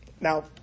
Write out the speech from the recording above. Now